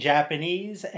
Japanese